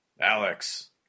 Alex